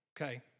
Okay